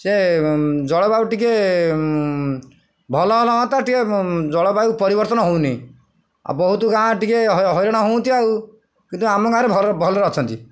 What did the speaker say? ସେ ଜଳବାୟୁ ଟିକେ ଭଲ ହେଲେ ହୁଅନ୍ତି ଟିକେ ଜଳବାୟୁ ପରିବର୍ତ୍ତନ ହେଉନି ଆଉ ବହୁତ ଗାଁ ଟିକେ ହଇରାଣ ହୁଅନ୍ତି ଆଉ କିନ୍ତୁ ଆମ ଗାଁରେ ଭଲରେ ଅଛନ୍ତି